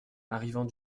arrivant